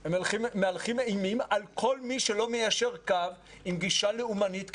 הם מהלכים אימים על כל מי שלא מיישר קו עם גישה לאומנית קיצונית.